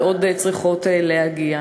ועוד צריכות להגיע.